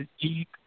deep